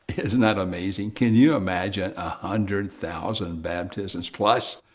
isn't that amazing? can you imagine a hundred thousand baptisms plus?